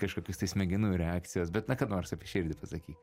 kažkokios tai smegenų reakcijos bet na ką nors apie širdį pasakyk